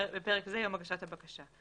(בפרק זה "יום הגשת הבקשה").